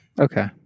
Okay